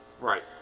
Right